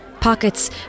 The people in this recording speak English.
Pockets